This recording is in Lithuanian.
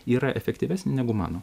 yra efektyvesnė negu mano